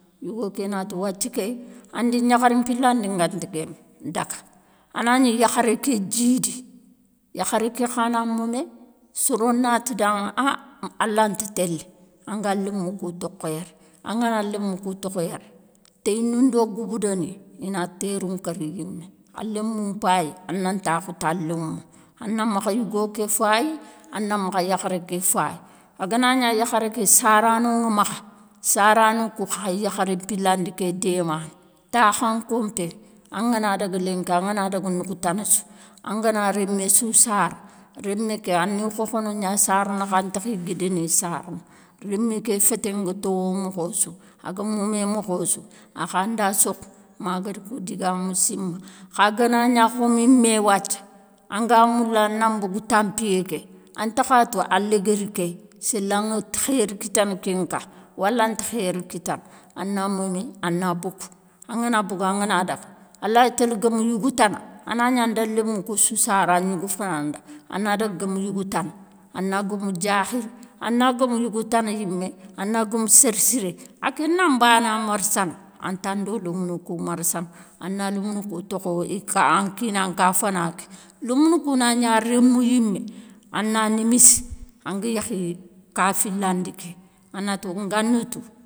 Yigo ké na ti wathie ké, an di niakhari mpilandi nga ta guéme dague. A na gni yakharé ké djidi. Yakharé ké kha na moumé. Soro nati danŋe an, an lanti télé an gan lémé kou toko yéré. An ga nan lémé kou tokho yére, téyinou ndo gouboudo ni, i na térou nkéri yimé. An lémou mpaye, an nan takhou ta lémou. An nan makha yigo ké fayi, an nan makha yakharé ké fayi. A ga na nia yakharé ké saranoŋe makhe, sarano kou khaye yakhari mpilandi ké démane, takh an kompé. An ga na dague lénki an ga na dague nokhou tane sou, an ga na rémé sou sare, rémé ké a ni khokhono nia sarane khan takhi guidéni sarane. Rémé ké fété nga towo mokho sou, a ga moumé mokho sou, a kha nda sokhe ma guére kou digamou sime. Kha ga na nia khomi mé wathia, an ga moule an nan bougue tampiyé ké, an takha tou an léguéri ké, séle anŋe khéri kitane kénka wale ante khéri kitane. An na momé, an na bogue. An ga na bogue an ga na dague, an laye tele guéme yougou tane, a na gnan da lémou kou sou sare an gnigou fana nda. An na dague guome yougou tane, an na guome diakhili. An na gomou yigou tane yimé, an na guome sére siré, a ké nan bana marsane, an nta ndo lémounou kou marsane. An nan lémounou kou tokho i ka an kinan ka fana ké. Lémounou kou na nia rémou yimé, an na nimisse an ga yékhi ka filandi ké. An na ti ngana tou.